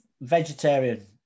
Vegetarian